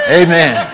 amen